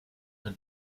and